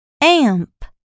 Amp